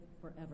forever